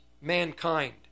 mankind